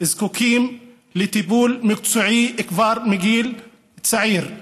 זקוקים לטיפול מקצועי כבר מגיל צעיר,